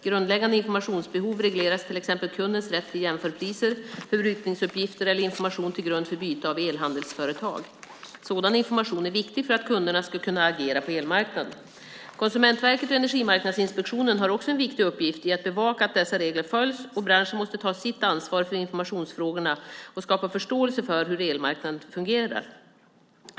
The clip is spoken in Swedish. Grundläggande informationsbehov regleras, till exempel kundens rätt till jämförpriser, förbrukningsuppgifter eller information till grund för byte av elhandelsföretag. Sådan information är viktig för att kunderna ska kunna agera på elmarknaden. Konsumentverket och Energimarknadsinspektionen har också en viktig uppgift i att bevaka att dessa regler följs, och branschen måste ta sitt ansvar för informationsfrågorna och skapa förståelse för hur elmarknaden fungerar.